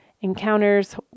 encounters